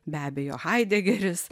be abejo haidegeris